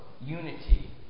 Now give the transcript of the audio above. unity